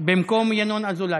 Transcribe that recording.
במקום ינון אזולאי.